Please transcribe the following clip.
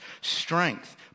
Strength